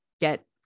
get